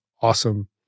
awesome